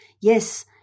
Yes